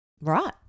Right